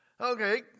Okay